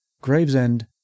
Gravesend